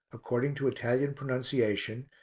according to italian pronunciation,